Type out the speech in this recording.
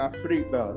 Africa